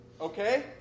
Okay